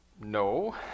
no